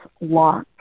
lock